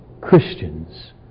Christians